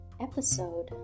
episode